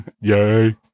Yay